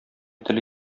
теле